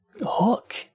hook